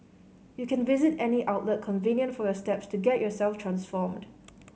you can visit any outlet convenient for your step to get yourself transformed